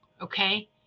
Okay